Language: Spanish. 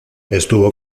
estuvo